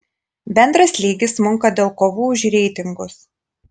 bendras lygis smunka dėl kovų už reitingus